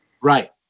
Right